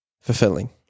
fulfilling